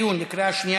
גיל פרישה (תיקון מס' 5) (הורה שכול),